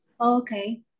Okay